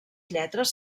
lletres